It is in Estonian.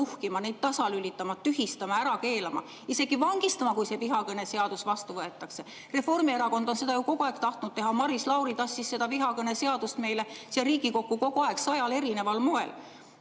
nuhkima, neid tasalülitama, tühistama, ära keelama, isegi vangistama, kui see vihakõne seadus vastu võetakse? Reformierakond on seda kogu aeg tahtnud teha. Maris Lauri tassis seda vihakõne seadust meile siia Riigikokku kogu aeg, sajal erineval moel.